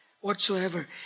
whatsoever